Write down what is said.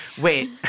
Wait